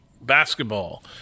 basketball